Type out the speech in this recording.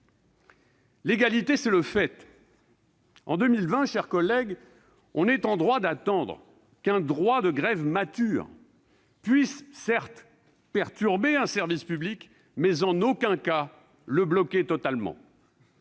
L'égalité, c'est le fait. En 2020, mes chers collègues, on est en droit d'attendre que l'exercice d'un droit de grève mature puisse, certes, perturber un service public, mais en aucun cas le bloquer totalement